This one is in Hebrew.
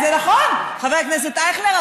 זה נכון, חבר הכנסת אייכלר.